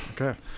Okay